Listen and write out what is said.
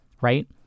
right